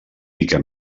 pica